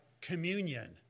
communion